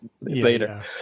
later